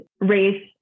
race